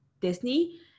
Disney